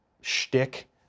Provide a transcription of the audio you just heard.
shtick